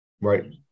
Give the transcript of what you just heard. right